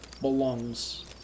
belongs